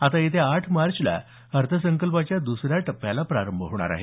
आता येत्या आठ मार्चला अर्थसंकल्पाच्या दसऱ्या टप्प्याला प्रारंभ होणार आहे